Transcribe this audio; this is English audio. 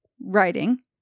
writing